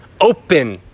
open